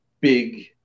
big